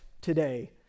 today